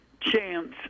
chance